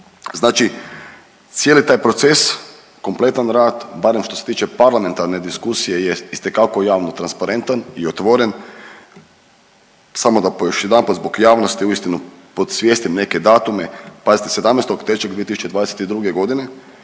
Znači cijeli taj proces, kompletan rad barem što se tiče parlamentarne diskusije je itekako javno transparentan i otvoren. Samo da još jedanput zbog javnosti uistinu posvijestim neke datume. Pazite 17.3.2022. godine